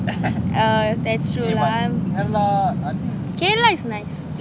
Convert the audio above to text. uh that's true lah kerala is nice